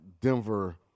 Denver